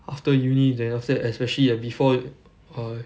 after uni then after that especially and before err